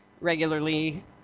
regularly